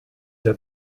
der